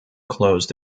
closed